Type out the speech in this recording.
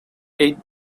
eight